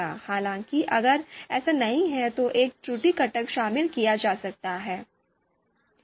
हालांकि अगर ऐसा नहीं है तो एक त्रुटि घटक शामिल किया जा सकता है